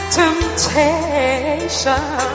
temptation